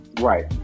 right